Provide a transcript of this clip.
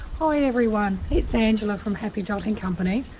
hi everyone it's anjela from happy dotting company!